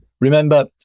Remember